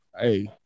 Hey